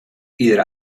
iedere